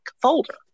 folder